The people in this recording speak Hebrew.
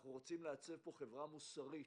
אנחנו רוצים לעצב פה חברה מוסרית,